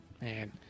Man